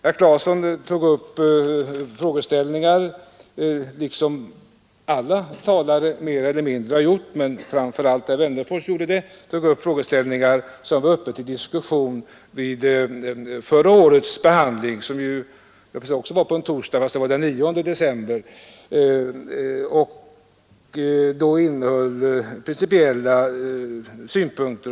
Herr Claeson tog upp frågor — och det har även de andra talarna gjort, framför allt herr Wennerfors — som var uppe till diskussion vid förra årets behandling av denna fråga. Diskussionen fördes även den gången på en torsdag — den 9 december — och då framfördes principiella synpunkter.